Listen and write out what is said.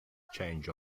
changed